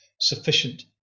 sufficient